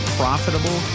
profitable